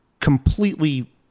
completely